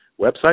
website